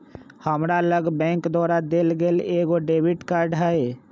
हमरा लग बैंक द्वारा देल गेल एगो डेबिट कार्ड हइ